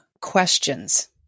questions